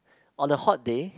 on a hot day